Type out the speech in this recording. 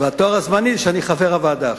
התואר הזמני זה שאני חבר הוועדה עכשיו.